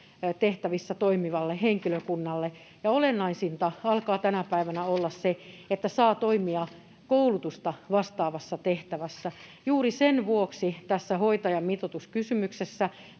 hoitotehtävissä toimivalle henkilökunnalle, ja olennaisinta alkaa tänä päivänä olla se, että saa toimia koulutusta vastaavassa tehtävässä. Juuri sen vuoksi tässä hoitajamitoituskysymyksessä